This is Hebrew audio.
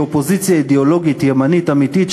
אופוזיציה אידיאולוגית ימנית אמיתית,